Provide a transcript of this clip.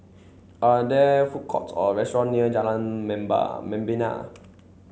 are there food courts or restaurant near Jalan Member Membina